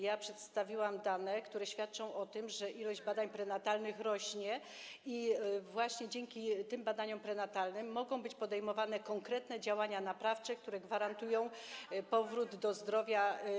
Ja przedstawiłam dane, które świadczą o tym, że liczba badań prenatalnych rośnie, a właśnie dzięki tym badaniom prenatalnym mogą być podejmowane konkretne działania naprawcze, które gwarantują dzieciom powrót do zdrowia.